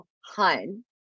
hun